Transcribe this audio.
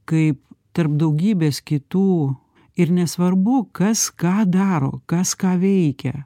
kaip tarp daugybės kitų ir nesvarbu kas ką daro kas ką veikia